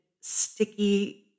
sticky